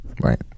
Right